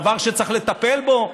דבר שצריך לטפל בו,